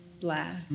black